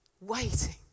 waiting